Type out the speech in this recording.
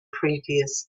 previous